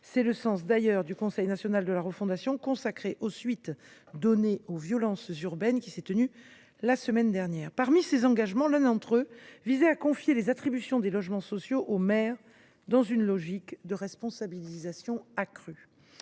d’ailleurs l’objet du Conseil national de la refondation consacré aux suites données aux violences urbaines qui s’est tenu la semaine dernière. L’un de ces engagements était de confier les attributions des logements sociaux aux maires, dans une logique de responsabilisation accrue.